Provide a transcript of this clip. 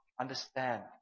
understand